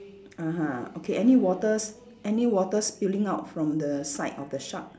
(uh huh) okay any waters any water spilling out from the side of the shark